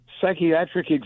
psychiatric